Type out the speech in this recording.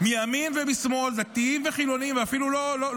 מימין ומשמאל, חילונים ודתיים.